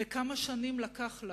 וכמה שנים לקח לה,